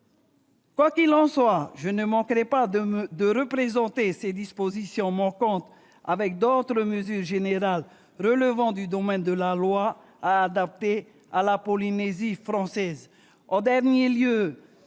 Quoi qu'il en soit, je ne manquerai pas de représenter ces dispositions manquantes, avec d'autres mesures générales d'adaptation à la Polynésie française